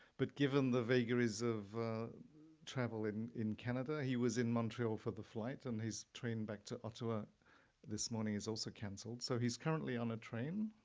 but given the vagaries of travel in in canada, he was in montreal for the flight and his train back to ottawa this morning is also cancelled. so he's currently on a train.